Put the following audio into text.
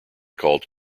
called